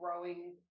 growing